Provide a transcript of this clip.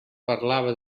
parlava